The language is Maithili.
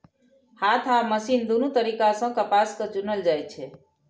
हाथ आ मशीन दुनू तरीका सं कपास कें चुनल जाइ छै